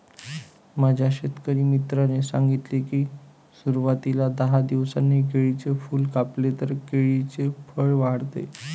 माझ्या शेतकरी मित्राने सांगितले की, सुरवातीला दहा दिवसांनी केळीचे फूल कापले तर केळीचे फळ वाढते